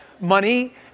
money